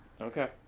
Okay